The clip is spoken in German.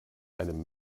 einem